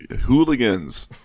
hooligans